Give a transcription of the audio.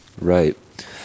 Right